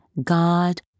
God